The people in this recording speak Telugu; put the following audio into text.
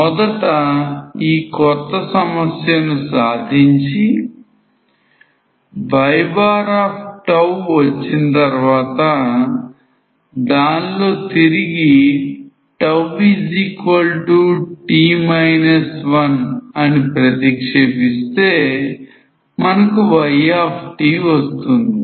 మొదట ఈ కొత్త సమస్యను సాధించి yవచ్చిన తర్వాత దానిలో తిరిగిτt 1అని ప్రతిక్షేపిస్తే మనకు y వస్తుంది